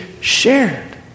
shared